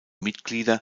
mitglieder